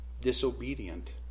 disobedient